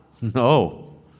No